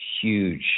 huge